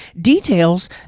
details